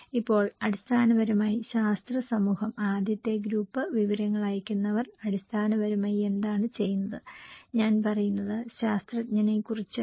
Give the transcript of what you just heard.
ഇപ്പോൾ അടിസ്ഥാനപരമായി ശാസ്ത്ര സമൂഹം ആദ്യത്തെ ഗ്രൂപ്പ് വിവരങ്ങൾ അയയ്ക്കുന്നവർ അടിസ്ഥാനപരമായി എന്താണ് ചെയ്യുന്നത്ഞാൻ പറയുന്നത് ശാസ്ത്രജ്ഞനെക്കുറിച്ചാണ്